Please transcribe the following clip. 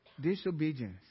Disobedience